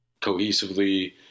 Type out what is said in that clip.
cohesively